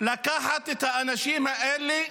לקחת את האנשים האלה,